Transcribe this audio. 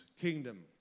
kingdom